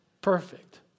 perfect